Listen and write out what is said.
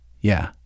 Yeah